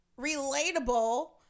relatable